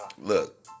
Look